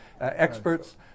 experts